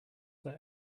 that